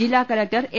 ജില്ലാക ലക്ടർ എ